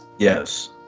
Yes